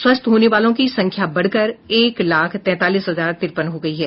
स्वस्थ होने वालों की संख्या बढ़कर एक लाख तैंतालीस हजार तिरपन हो गयी है